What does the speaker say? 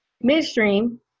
Midstream